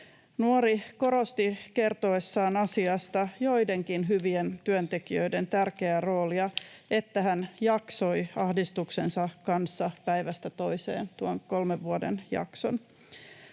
Nuori korosti kertoessaan asiasta joidenkin hyvien työntekijöiden tärkeää roolia siinä, että hän jaksoi ahdistuksensa kanssa päivästä toiseen tuon kolmen vuoden jakson.